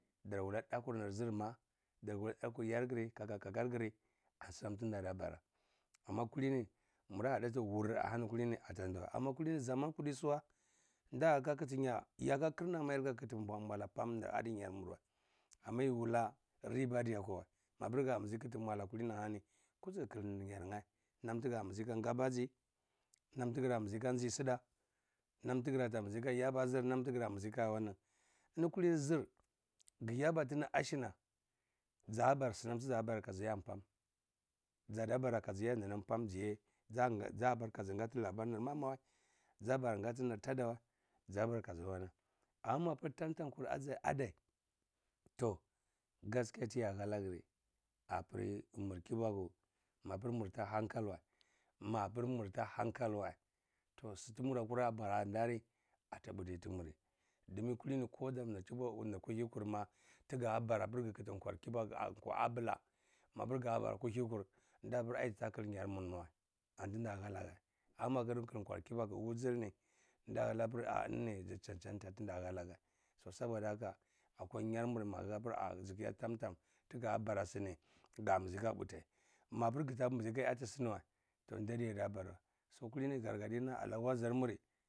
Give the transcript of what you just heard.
Dar wuk dakwur zirmah, dar wuleh dakwur yalgir kaka kakargir ansinamti databara amma kulini mura diti wur ahani kulini atandi wa amma kullni zamani turta suwa ndaha khiti nya yaka khirna yar liha khiti mwaleh nbon adinyar mur weh amma yi wuleh riba adiakwa wa mapir ga mizi khiti mwalah kulini ahani, kuzi gikhiti yaryeh nam tiga mizi ka ngabaji nam tiga mizi kaji sidah nam tiga mizi ka yaba zir nam tiga mizi ka wanan. Eni kulini zhir giyabatini ashina zabara sinam ti zaban kazi ya pam zada bara kazi ya sini nam pam jiye zabra kazi ngati nir mama wa zabra kazi ngati nir tadawa zabra run amma mazi tamatam kur adai toh gaskiya tiya halegir apiri mur kibaku mapir mur ta hankal wa mapur mur ta hankal wa toh sinanti margda parani ataputi timur dumin kulini koda mutinir kuhikur ma tigabara apir gikhiti kwar kibaku aka abla mapir ga bara kuhikar nda khir apir zita khil yarmur wan da hahega amma mapirgi khiti kwar kihikar nda khir apir zita khil yarmur wan da hahega amma mapir gi khiti kwar kibaku wiyir ninda halega ah eninini zi chan-chan ta tida halegah so saboda haka akwa nyar mur mayi hahpir ah jikhya tam-tam tiga bara sini gamizi aga puti mapir ngita mizi aga ya sini wa toh ndadi ta bara wa so kulini gargadi nam ala wazhar muri.